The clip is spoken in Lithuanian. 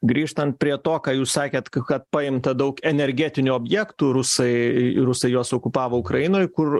grįžtant prie to ką jūs sakėt kad paimta daug energetinių objektų rusai rusai juos okupavo ukrainoj kur